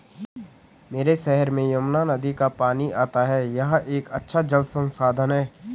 मेरे शहर में यमुना नदी का पानी आता है यह एक अच्छा जल संसाधन है